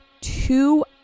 two